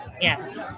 yes